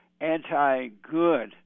anti-good